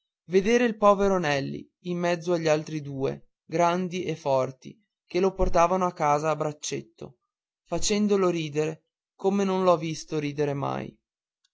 vedere il povero nelli in mezzo agli altri due grandi e forti che lo portavano a casa a braccetto facendolo ridere come non l'ho visto ridere mai